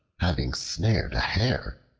having snared a hare,